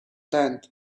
tenth